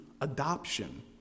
adoption